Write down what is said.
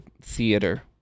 theater